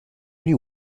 gli